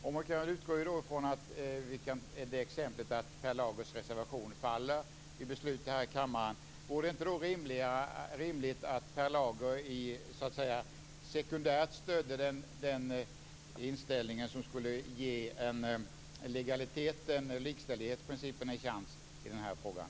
Om man utgår från att Per Lagers reservation faller när riksdagen fattar beslut här i kammaren, vore det inte rimligt att Per Lager då sekundärt stödde den inställning som skulle ge en likställighet i den här frågan?